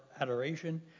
adoration